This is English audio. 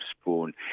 spoon